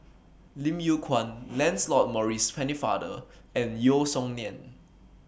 Lim Yew Kuan Lancelot Maurice Pennefather and Yeo Song Nian